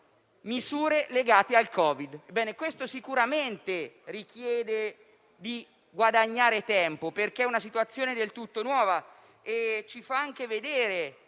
misure legate al Covid. Questo sicuramente richiede di guadagnare tempo, perché è una situazione del tutto nuova e ci fa anche vedere